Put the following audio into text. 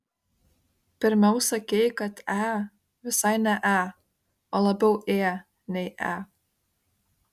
pirmiau sakei kad e visai ne e o labiau ė nei e